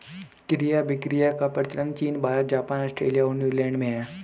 क्रय अभिक्रय का प्रचलन चीन भारत, जापान, आस्ट्रेलिया और न्यूजीलैंड में है